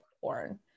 porn